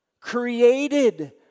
created